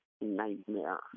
nightmare